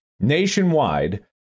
nationwide